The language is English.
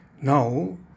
Now